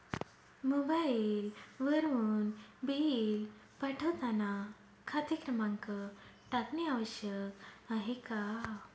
मोबाईलवरून बिल पाठवताना खाते क्रमांक टाकणे आवश्यक आहे का?